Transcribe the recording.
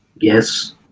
yes